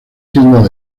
tiendas